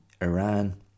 iran